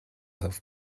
have